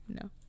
No